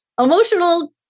Emotional